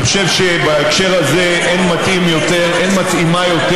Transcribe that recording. אני חושב שבהקשר הזה אין מתאימה יותר